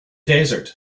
desert